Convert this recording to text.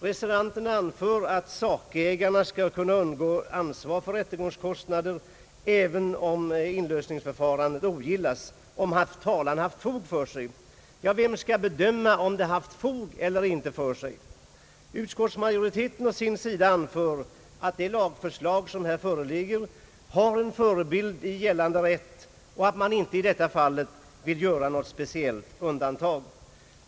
Reservanterna anför att sakägare skall kunna undgå ansvar för rättegångskostnaderna, även om inlösningsförfarandet ogillas, om hans talan har haft fog för sig. Vem skall avgöra om hans talan har haft fog för sig? Utskottsmajoriteten å sin sida anför att det förslag som här föreligger har en förebild i gällande rätt och att man inte i detta fall vill göra något speciellt undantag.